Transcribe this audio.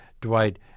Dwight